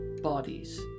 bodies